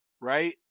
Right